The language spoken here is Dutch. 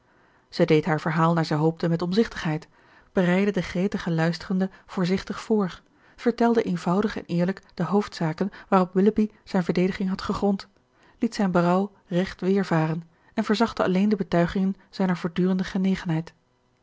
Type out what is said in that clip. zij deed haar verhaal naar zij hoopte met omzichtigheid bereidde de gretige luisterende voorzichtig voor vertelde eenvoudig en eerlijk de hoofdzaken waarop willoughby zijne verdediging had gegrond liet zijn berouw recht weervaren en verzachtte alleen de betuigingen zijner voortdurende genegenheid